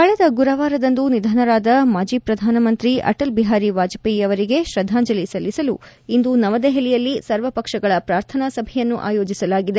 ಕಳೆದ ಗುರುವಾರದಂದು ನಿಧನರಾದ ಮಾಜಿ ಪ್ರಧಾನಮಂತ್ರಿ ಅಟಲ್ ಬಿಹಾರಿ ವಾಜಪೇಯಿ ಅವರಿಗೆ ಶ್ರದ್ದಾಂಜಲಿ ಸಲ್ಲಿಸಲು ಇಂದು ನವದೆಹಲಿಯಲ್ಲಿ ಸರ್ವಪಕ್ಷಗಳ ಪ್ರಾರ್ಥನಾ ಸಭೆಯನ್ನು ಆಯೋಜಿಸಲಾಗಿದೆ